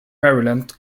maryland